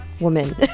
woman